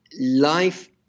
life